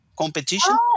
competition